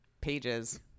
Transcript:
pages